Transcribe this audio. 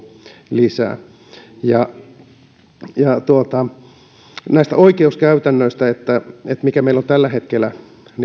lisää näistä oikeuskäytännöistä että mikä meillä on tällä hetkellä